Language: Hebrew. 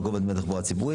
בגובה דמי תחבורה ציבורית.